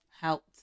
helped